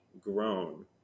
grown